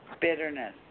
bitterness